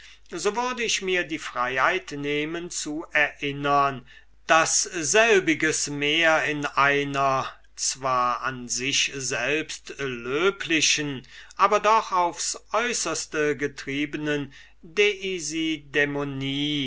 so würde ich mir die freiheit nehmen zu erinnern daß selbiges mehr in einer zwar an sich selbst löblichen aber doch aufs äußerste getriebnen